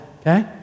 okay